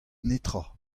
netra